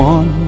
One